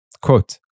Quote